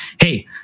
hey